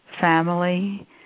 family